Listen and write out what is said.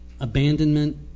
Abandonment